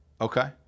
Okay